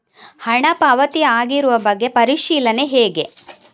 ಹಣ ಪಾವತಿ ಆಗಿರುವ ಬಗ್ಗೆ ಪರಿಶೀಲನೆ ಹೇಗೆ?